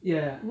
ya